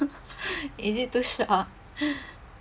is it this ah